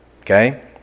Okay